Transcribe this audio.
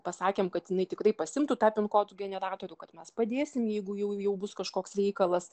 pasakėm kad jinai tikrai pasiimtų tą pin kodų generatorių kad mes padėsim jeigu jau jau bus kažkoks reikalas